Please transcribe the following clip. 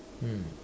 mm